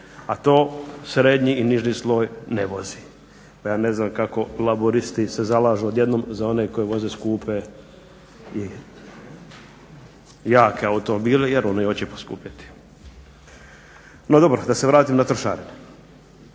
a to srednji i niži sloj ne vozi pa ja ne znam kako Laburisti se zalažu odjednom za one koji voze skupe i jake automobile jer oni hoće poskupjeti. No dobro, da se vratim na trošarine.